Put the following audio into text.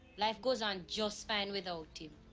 life goes on just fine without him.